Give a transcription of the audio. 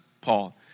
Paul